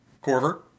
Corver